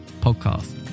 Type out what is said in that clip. Podcast